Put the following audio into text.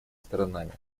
сторонами